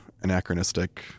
anachronistic